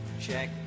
Check